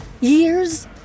years